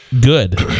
Good